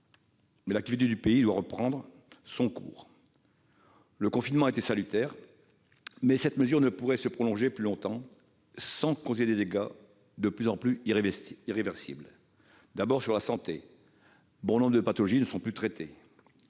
l'activité du pays doit reprendre son cours. Le confinement a été salutaire, mais cette mesure ne peut durer plus longtemps sans causer des dégâts de plus en plus irréversibles, sur la santé d'abord, car bon nombre de pathologies ne sont plus traitées,